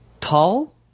Tall